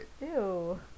ew